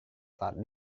saat